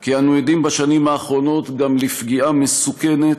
כי אנו עדים בשנים האחרונות גם לפגיעה מסוכנת,